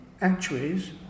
actuaries